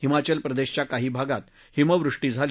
हिमाचल प्रदेशाच्या काही भागात हिमवृष्टी झाली